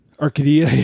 Arcadia